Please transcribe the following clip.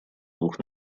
двух